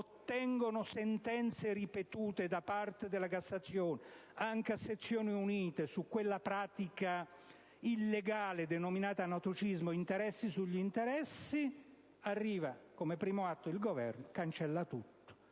ottengono sentenze ripetute da parte della Cassazione, anche a sezioni unite, su quella pratica illegale denominata anatocismo (degli interessi sugli interessi) e poi arriva, come primo atto, il Governo e cancella tutto.